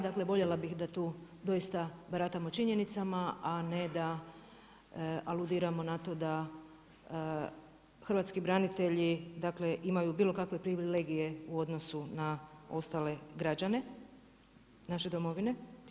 Dakle, voljela bih da tu doista baratamo činjenicama a ne da aludiramo na to da hrvatski branitelji imaju bilokakve privilegije u odnosu na ostale građane naše Domovine.